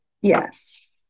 Yes